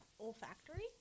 olfactory